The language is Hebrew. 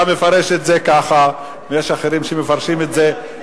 אתה מפרש את זה ככה ויש אחרים שמפרשים את זה,